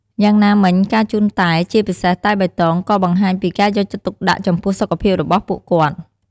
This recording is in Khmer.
យ៉ាងណាមិញ ការជូនតែ ជាពិសេសតែបៃតង ក៏បង្ហាញពីការយកចិត្តទុកដាក់ចំពោះសុខភាពរបស់ពួកគាត់។